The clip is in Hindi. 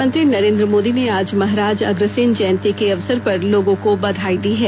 प्रधानमंत्री नरेंद्र मोदी ने आज महाराज अग्रसेन जयंती के अवसर पर लोगों को बधाई दी है